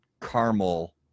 caramel